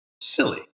silly